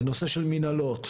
נושא של מנהלות,